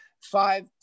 five